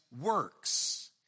works